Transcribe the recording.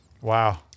wow